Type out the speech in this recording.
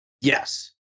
Yes